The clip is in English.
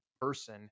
person